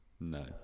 no